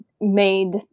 made